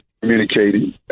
Communicating